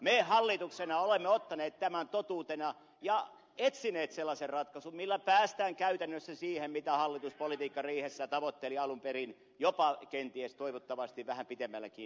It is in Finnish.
me hallituksena olemme ottaneet tämän totuutena ja etsineet sellaisen ratkaisun jolla päästään käytännössä siihen mitä hallitus politiikkariihessään tavoitteli alun perin jopa kenties toivottavasti vähän pitemmällekin